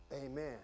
Amen